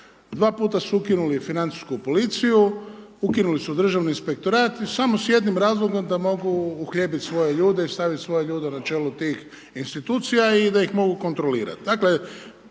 2 puta su ukinuli financijsku policiju, ukinuli su državni inspektorat i samo s jednim razlogom, da mogu uhljebiti svoje ljude i staviti svoje ljude na čelu tih institucija i da ih mogu kontrolirati. Dakle,